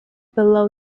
below